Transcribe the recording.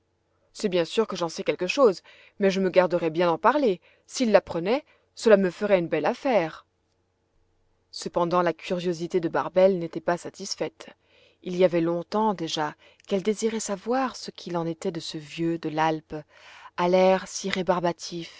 c'est bien sûr que j'en sais quelque chose mais je me garderais bien d'en parler s'il l'apprenait cela me ferait une belle affaire cependant la curiosité de barbel n'était pas satisfaite il y avait longtemps déjà qu'elle désirait savoir ce qu'il en était de ce vieux de l'alpe à l'air si